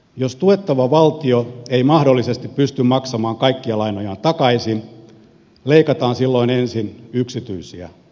jos tuettava valtio ei mahdollisesti pysty maksamaan kaikkia lainojaan takaisin leikataan silloin ensin yksityisiä velkoja